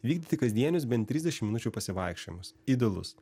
vykdyti kasdienius bent trisdešimt minučių pasivaikščiojimas idealus